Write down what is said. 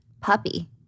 puppy